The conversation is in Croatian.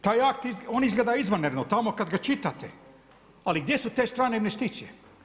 Taj akt izgleda izvanredno tamo kad ga čitate, ali gdje su te strane investicije?